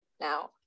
Now